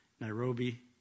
Nairobi